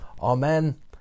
Amen